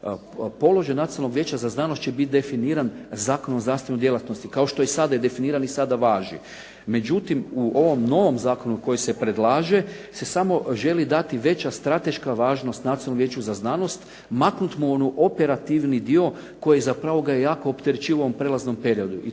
Položaj Nacionalnog vijeća za znanost će biti definiran Zakonom o znanstvenoj djelatnosti, kao što je i sad definiran i sada važi. Međutim, u ovom novom zakonu koji se predlaže se samo želi dati veća strateška važnost Nacionalnom vijeću za znanost maknut mu onaj operativni dio koji zapravo ga je jako opterećivao u ovom prelaznom periodu